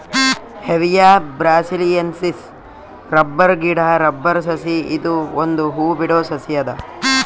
Hevea brasiliensis rubber ಗಿಡಾ rubber ಸಸಿ ಇದು ಒಂದ್ ಹೂ ಬಿಡೋ ಸಸಿ ಅದ